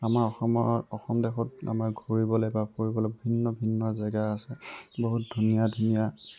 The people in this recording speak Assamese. আমাৰ অসমৰ অসম দেশত আমাৰ ঘূৰিবলৈ বা ফুৰিবলৈ ভিন্ন ভিন্ন জাগা আছে বহুত ধুনীয়া ধুনীয়া